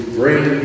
bring